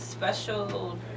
special